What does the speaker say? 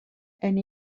and